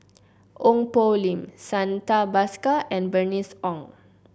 Ong Poh Lim Santha Bhaskar and Bernice Ong